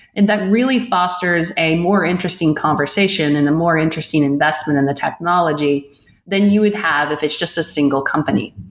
and that really fosters a more interesting conversation and a more interesting investment in the technology than you would have if it's just a single company.